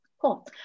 Cool